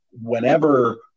whenever